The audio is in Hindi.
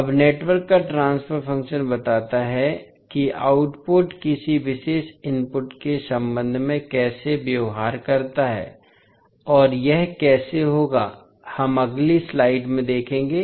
अब नेटवर्क का ट्रांसफर फ़ंक्शन बताता है कि आउटपुट किसी विशेष इनपुट के संबंध में कैसे व्यवहार करता है और यह कैसे होगा हम अगली स्लाइड में देखेंगे